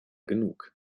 genug